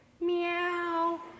Meow